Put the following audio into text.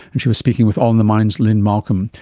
and she was speaking with all in the mind's lynne malcolm.